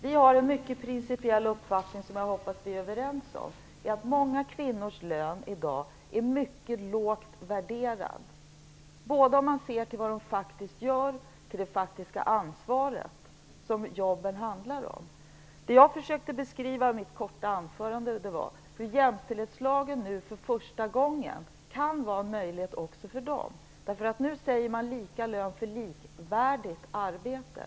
Vi har en mycket principiell uppfattning, som jag hoppas att vi är överens om. Det är att många kvinnors arbete i dag är mycket lågt värderat, både om man ser till vad de faktiskt gör och till det faktiska ansvar som jobben handlar om. Det jag försökte beskriva i mitt korta anförande var hur jämställdhetslagen nu för första gången kan vara en möjlighet för dem. Nu säger man lika lön för likvärdigt arbete.